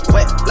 Wet